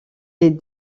est